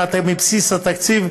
מבסיס התקציב,